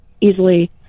easily